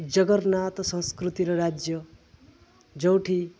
ଜଗନ୍ନାଥ ସଂସ୍କୃତିର ରାଜ୍ୟ ଯେଉଁଠି